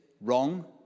Wrong